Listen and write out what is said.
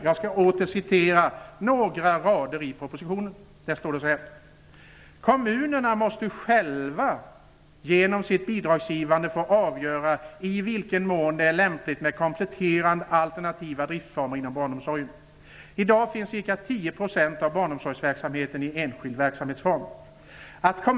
Jag skall åter citera några rader ur propositionen: "Kommunerna måste därför själva, genom sin bidragsgivning, få avgöra i vilken mån det är lämpligt med kompletterande alternativa driftsformer inom barnomsorgen. Idag finns ca 10 % av barnomsorgsverksamheten i enskilda verksamhetsformer. Den vanligaste formen av dessa är föräldrakooperativen.